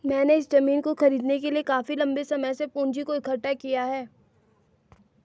मैंने इस जमीन को खरीदने के लिए काफी लंबे समय से पूंजी को इकठ्ठा किया है